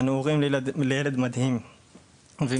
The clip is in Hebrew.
אנו הורים לילד מדהים ומיוחד,